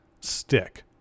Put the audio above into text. stick